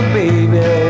baby